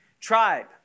tribe